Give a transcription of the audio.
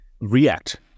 React